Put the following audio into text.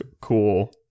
cool